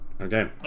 Okay